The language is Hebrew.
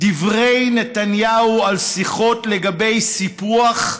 דברי נתניהו על שיחות לגבי סיפוח,